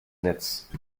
netz